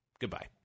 Goodbye